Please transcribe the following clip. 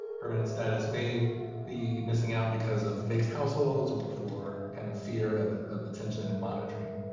permanent status may be missing out because of mixed households or for kind of fear of of attention and monitoring.